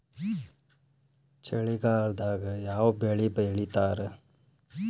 ಚಳಿಗಾಲದಾಗ್ ಯಾವ್ ಬೆಳಿ ಬೆಳಿತಾರ?